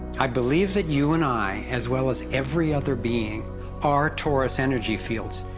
i believe that you and i as well as every other being are torus energy fields,